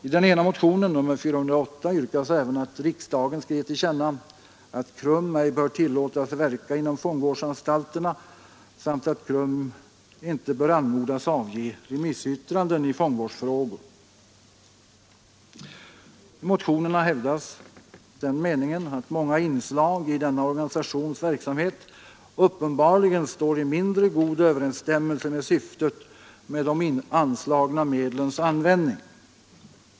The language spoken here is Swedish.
I den ena motionen, nr 408, yrkas även att riksdagen skall ge till känna att KRUM ej bör tillåtas verka inom fångvårdsanstalterna samt att KRUM ej bör anmodas avge remissyttran den i fångvårdsfrågor. I motionerna hävdas den meningen att många inslag i denna organisations verksamhet uppenbarligen står i mindre god överensstämmelse med syftet med de anslagna medlens användning.